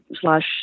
slash